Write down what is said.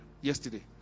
yesterday